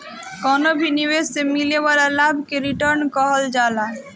कवनो भी निवेश से मिले वाला लाभ के रिटर्न कहल जाला